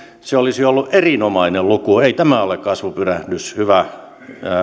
se olisi ollut erinomainen luku ei tämä ole kasvupyrähdys hyvä